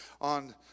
on